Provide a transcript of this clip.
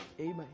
Amen